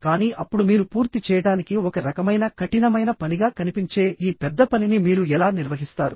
కానీ అప్పుడు మీరు పూర్తి చేయడానికి ఒక రకమైన కఠినమైన పనిగా కనిపించే ఈ పెద్ద పనిని మీరు ఎలా నిర్వహిస్తారు